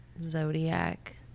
zodiac